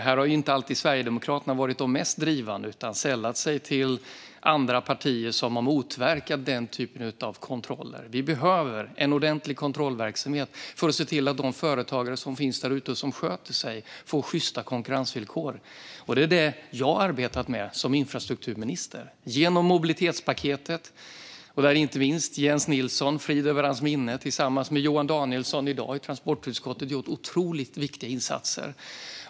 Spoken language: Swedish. Här har Sverigedemokraterna inte alltid varit de mest drivande utan sällat sig till andra partier som har motverkat den typen av kontroller. Vi behöver en ordentlig kontrollverksamhet för att se till att de företagare som finns där ute som sköter sig får sjysta konkurrensvillkor. Det är det som jag har arbetat med som infrastrukturminister genom mobilitetspaketet, där inte minst Jens Nilsson - frid över hans minne - tillsammans med Johan Danielsson i dag i transportutskottet gjort otroligt viktiga insatser.